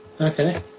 okay